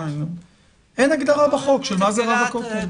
אין הגדרה בחוק של רב הכותל.